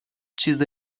چیز